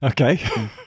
Okay